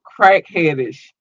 crackheadish